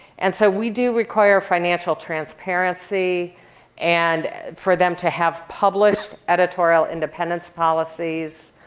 and so we do require financial transparency and for them to have published editorial independence policies.